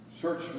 Search